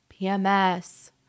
PMS